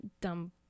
dumb